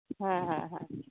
ᱦᱮᱸ ᱦᱮᱸ ᱦᱮᱸ